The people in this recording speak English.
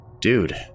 Dude